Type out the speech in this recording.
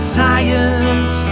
tired